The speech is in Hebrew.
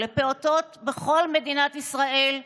לפעוטות בכל מדינת ישראל,